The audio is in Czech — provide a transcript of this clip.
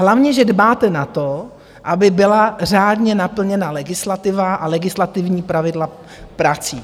Hlavně že dbáte na to, aby byla řádně naplněna legislativa a legislativní pravidla prací.